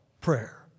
prayer